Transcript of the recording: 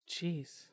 Jeez